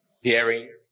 hearing